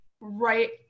right